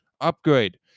Upgrade